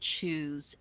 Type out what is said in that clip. choose